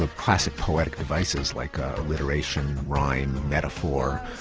ah classic poetic devices like alliteration, rhyme, metaphor,